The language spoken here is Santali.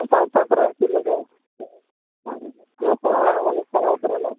ᱥᱟᱶᱛᱟ ᱠᱚᱨᱮᱜ ᱪᱮᱫ ᱞᱮᱠᱟ ᱯᱟᱲᱦᱟᱣ ᱚᱞᱚᱜ ᱯᱟᱲᱦᱟᱣ ᱠᱚ ᱢᱮᱱᱟᱜᱼᱟ